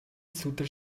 сүүдэр